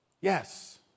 Yes